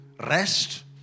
rest